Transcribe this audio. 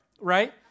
right